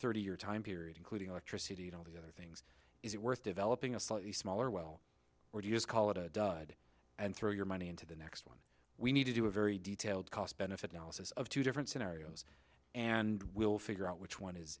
thirty year time period including electricity and all the other things is it worth developing a slightly smaller well or do you just call it a dud and throw your money into the next we need to do a very detailed cost benefit analysis of two different scenarios and we'll figure out which one